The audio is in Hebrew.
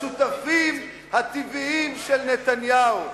השותפים הטבעיים של נתניהו,